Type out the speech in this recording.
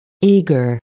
eager